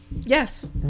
Yes